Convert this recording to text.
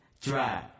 drive